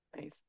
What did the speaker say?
Nice